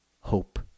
Hope